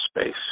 space